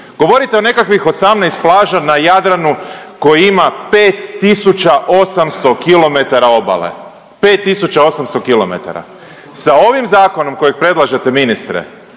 Govorite o nekakvih 18 plaža na Jadranu koje ima 5800 km obale, 5800 km. Sa ovim zakonom kojeg predlažete ministre,